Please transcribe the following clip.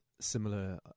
similar